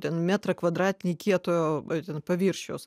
ten metrą kvadratinį kietojo ten paviršiaus